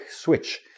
switch